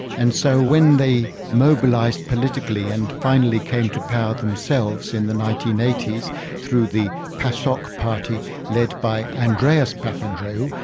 and so when they mobilised politically and finally came to power themselves in the nineteen eighty s through the pasok party led by andreas papandreou,